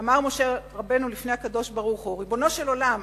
"אמר משה רבנו לפני הקדוש-ברוך-הוא: 'ריבונו של עולם,